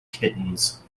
kittens